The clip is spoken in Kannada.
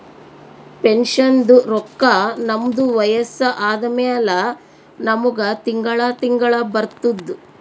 ಪೆನ್ಷನ್ದು ರೊಕ್ಕಾ ನಮ್ದು ವಯಸ್ಸ ಆದಮ್ಯಾಲ ನಮುಗ ತಿಂಗಳಾ ತಿಂಗಳಾ ಬರ್ತುದ್